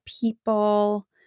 people –